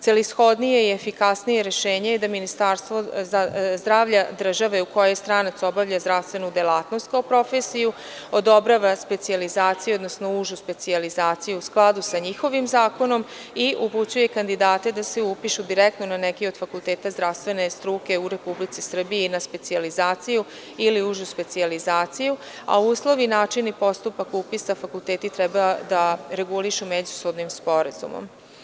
Celishodnije i efikasnije rešenje je da ministarstvo zdravlja države koja je stranac obavlja zdravstvenu delatnost kao profesiju, odobrava specijalizaciju, odnosno užu specijalizaciju u skladu sa njihovim zakonom i upućuje kandidate da se upišu direktno na neki od fakulteta zdravstvene struke u Republici Srbiji i na specijalizaciju ili užu specijalizaciju, a uslov i način i postupak upisa fakulteta treba da regulišu međusobnim sporazumom.